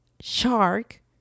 shark